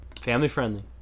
Family-friendly